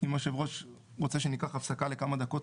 אם היושב ראש רוצה שניקח הפסקה לכמה דקות,